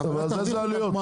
אז איזה עלויות?